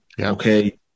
Okay